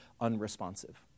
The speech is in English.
unresponsive